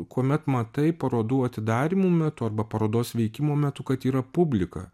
kuomet matai parodų atidarymų metu arba parodos veikimo metu kad yra publika